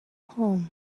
home